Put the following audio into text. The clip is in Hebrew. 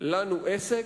לנו עסק.